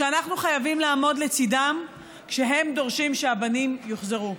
שאנחנו חייבים לעמוד לצידם כשהם דורשים שהבנים יוחזרו,